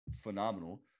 phenomenal